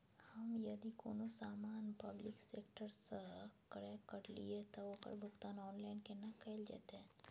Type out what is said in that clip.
हम यदि कोनो सामान पब्लिक सेक्टर सं क्रय करलिए त ओकर भुगतान ऑनलाइन केना कैल जेतै?